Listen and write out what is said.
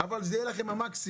אבל זה יהיה לכם המקסימום.